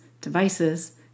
devices